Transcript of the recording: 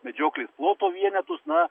medžioklės ploto vienetus na